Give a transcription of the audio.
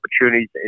opportunities